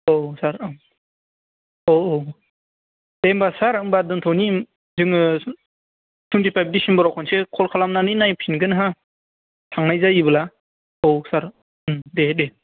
औ सार ओं औ औ दे होनबा सार होनबा दोनथ'नि जोङो टुवेन्टिफाइभ दिसेम्बराव खनसे क'ल खालामनानै नायफिनगोन हो थांनाय जायोब्ला औ सार दे दे